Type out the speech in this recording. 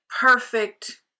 perfect